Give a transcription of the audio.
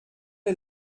est